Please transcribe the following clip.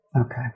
Okay